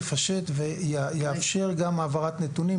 יפשט ויאפשר גם העברת נתונים,